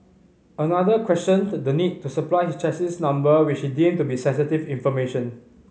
another questioned the need to supply his chassis number which he deemed to be sensitive information